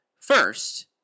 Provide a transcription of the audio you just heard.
First